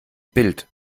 bild